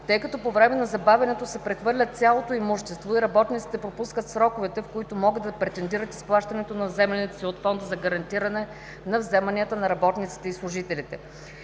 тъй като по време на забавянето се прехвърля цялото имущество и работниците пропускат сроковете, в които могат да претендират изплащането на вземането си от Фонда за гарантиране на вземанията на работниците и служителите.